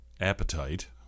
appetite